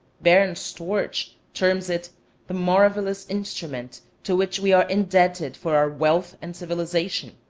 baron storch terms it the marvellous instrument to which we are indebted for our wealth and civilization.